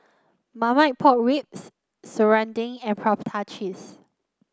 Marmite Pork Ribs Serunding and Prata Cheese